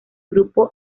grupo